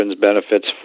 benefits